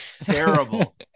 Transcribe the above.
terrible